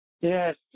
Yes